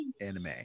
anime